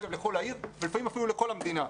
לכל העיר ולפעמים אפילו לכל המדינה,